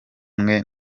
rimwe